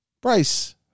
Bryce